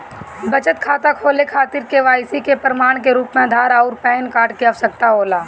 बचत खाता खोले खातिर के.वाइ.सी के प्रमाण के रूप में आधार आउर पैन कार्ड की आवश्यकता होला